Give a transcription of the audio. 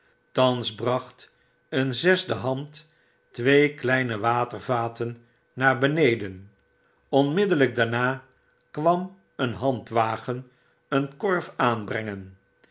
thans bracht een zesde hand twee kleine watervaten naar beneden onmiddellyk daarna kwam een handwagen een korf aanbrengen